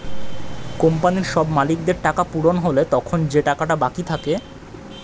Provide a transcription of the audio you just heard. কোম্পানির সব মালিকদের টাকা পূরণ হলে তখন যে টাকাটা বাকি থাকে